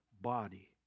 body